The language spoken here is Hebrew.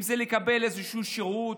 אם זה לקבל איזשהו שירות,